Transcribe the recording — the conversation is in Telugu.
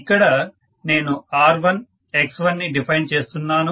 ఇక్కడ నేను R1X1 ని డిఫైన్ చేస్తున్నాను